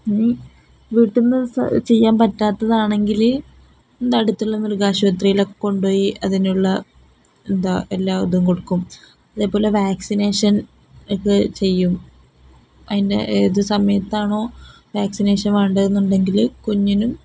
ഇനി വീട്ടില്നിന്നു ചെയ്യാൻ പറ്റാത്തതാണെങ്കില് അടുത്തുള്ള മൃഗാശുപത്രിയിലൊക്കെ കൊണ്ടുപോയി അതിനുള്ള എന്താണ് എല്ലാ ഇതും കൊടുക്കും അതേപോലെ വാക്സിനേഷൻ ഒക്കെ ചെയ്യും അതിൻ്റെ ഏതു സമയത്താണോ വാക്സിനേഷൻ വേണ്ടതെന്നുണ്ടെങ്കില് കുഞ്ഞിനും